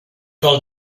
del